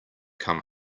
come